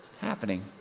Happening